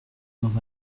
dans